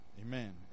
amen